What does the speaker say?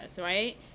right